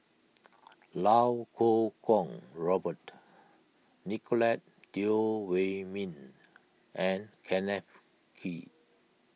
Iau Kuo Kwong Robert Nicolette Teo Wei Min and Kenneth Kee